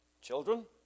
Children